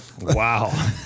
Wow